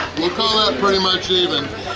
pretty much even!